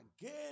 again